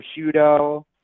prosciutto